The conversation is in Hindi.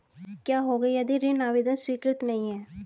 क्या होगा यदि ऋण आवेदन स्वीकृत नहीं है?